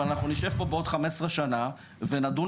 אבל אנחנו נשב פה בעוד 15 שנה ואנחנו נדון